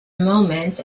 moment